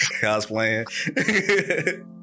cosplaying